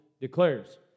declares